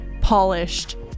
polished